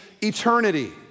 eternity